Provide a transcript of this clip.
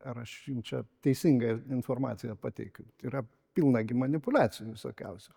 ar aš jum čia teisingą informaciją pateikiu tai yra pilna gi manipuliacijų visokiausių